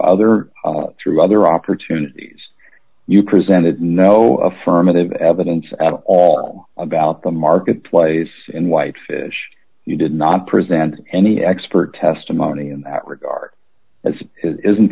other through other opportunities you presented no affirmative evidence at all about the marketplace in whitefish you did not present any expert testimony in that regard as is